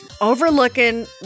overlooking